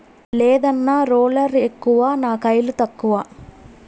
లేదన్నా, రోలర్ ఎక్కువ నా కయిలు తక్కువ